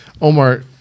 Omar